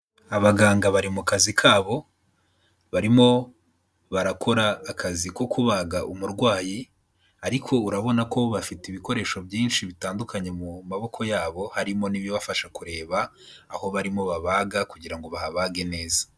Abaganga bari mu kazi kabo, barimo barakora akazi ko kubaga umurwayi, ariko urabona ko bafite ibikoresho byinshi bitandukanye mu maboko yabo, harimo n'ibibafasha kureba, aho barimo babaga, kugira ngo bahabage neza.